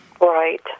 Right